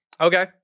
Okay